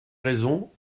raison